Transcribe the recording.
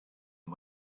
and